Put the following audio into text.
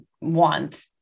want